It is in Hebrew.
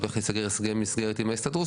הולך להיסגר הסכם מסגרת עם ההסתדרות,